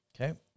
Okay